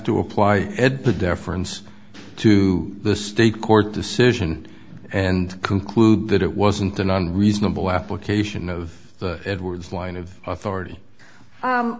to apply ed to deference to the state court decision and conclude that it wasn't an unreasonable application of edwards line of authority